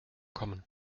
kommen